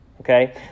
okay